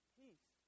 peace